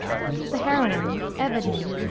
the heroine, evadne,